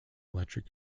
electric